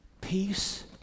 peace